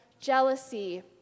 Jealousy